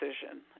decision